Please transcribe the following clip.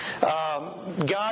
God